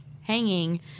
hanging